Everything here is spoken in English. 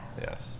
Yes